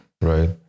right